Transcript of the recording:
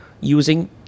using